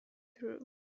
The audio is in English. through